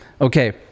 Okay